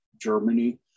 Germany